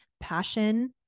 passion